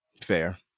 fair